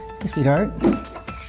sweetheart